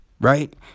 right